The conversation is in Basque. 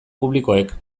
publikoek